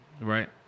Right